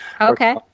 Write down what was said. okay